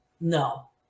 No